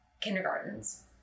kindergartens